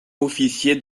officier